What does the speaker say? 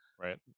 right